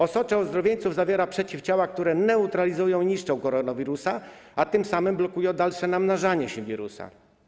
Osocze ozdrowieńców zawiera przeciwciała, które neutralizują i niszczą koronawirusa, a tym samym blokują dalsze namnażanie się wirusa.